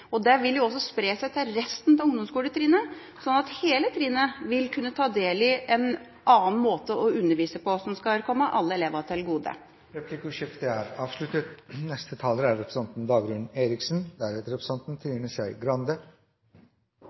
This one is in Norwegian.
og det vil jo også spre seg til resten av ungdomsskoletrinnet, sånn at hele trinnet vil kunne ta del i en annen måte å undervise på som skal komme alle elever til gode. Replikkordskiftet er